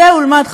צא ולמד,